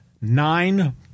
Nine